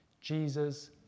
Jesus